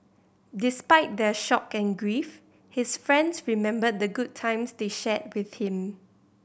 despite their shock and grief his friends remembered the good times they shared with him